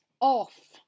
off